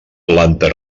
planta